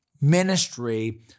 ministry